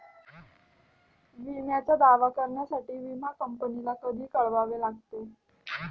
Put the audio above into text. विम्याचा दावा करण्यासाठी विमा कंपनीला कधी कळवावे लागते?